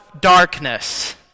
darkness